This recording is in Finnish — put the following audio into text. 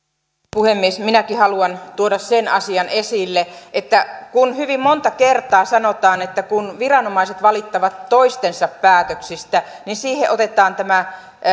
puhemies minäkin haluan tuoda sen asian esille että hyvin monta kertaa kun sanotaan että viranomaiset valittavat toistensa päätöksistä siihen otetaan tämä